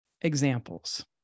examples